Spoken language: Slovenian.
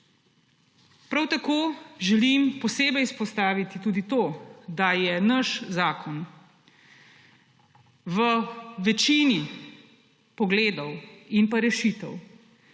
Prav tako želim posebej izpostaviti tudi to, da je naš zakon v večini pogledov in pa rešitev